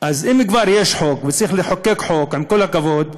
אז אם כבר יש חוק וצריך לחוקק חוק, עם כל הכבוד,